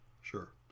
sure